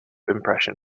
impression